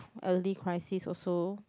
early crisis also